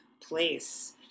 place